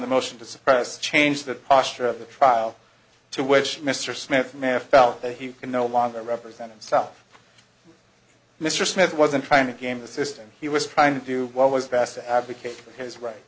the motion to suppress change that posture of the trial to which mr smith may have felt that he can no longer represent himself mr smith wasn't trying to game the system he was trying to do what was best to advocate for his right